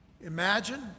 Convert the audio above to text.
Imagine